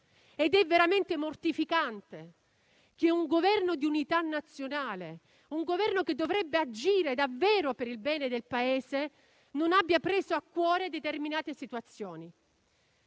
Ed è veramente mortificante che un Governo di unità nazionale, un Governo che dovrebbe agire davvero per il bene del Paese non abbia preso a cuore determinate situazioni.